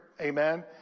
amen